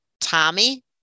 Tommy